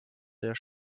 der